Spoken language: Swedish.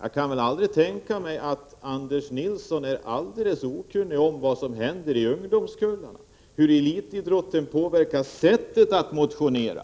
Jag kan aldrig tänka mig att Anders Nilsson är alldeles okunnig om vad som händer med ungdomskullarna, hur elitidrotten påverkar sättet att motionera